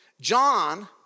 John